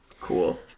Cool